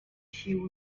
sił